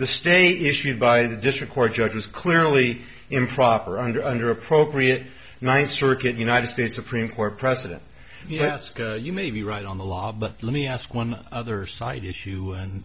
the state issued by the district court judges clearly improper under under appropriate nice circuit united states supreme court precedent yes you may be right on the law but let me ask one other side issue and